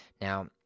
Now